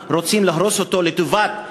אום-אלחיראן, רוצים להרוס לטובת אום-אלחירן,